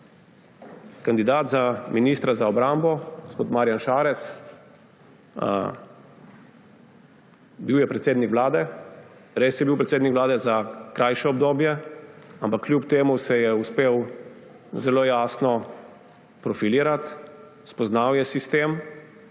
Kandidat za ministra za obrambo gospod Marjan Šarec. Bil je predsednik Vlade. Res je bil predsednik Vlade za krajše obdobje, ampak kljub temu se je uspel zelo jasno profilirati, spoznal je sistem.